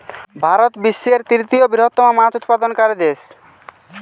ভারত বিশ্বের তৃতীয় বৃহত্তম মাছ উৎপাদনকারী দেশ